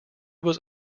was